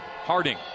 Harding